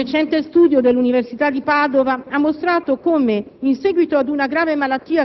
La salute delle donne in concreto passa anche molto attraverso la collocazione centrale,